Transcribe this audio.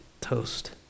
toast